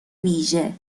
ویژه